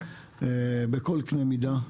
בכל קנה מידה,